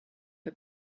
her